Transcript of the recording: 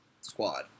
squad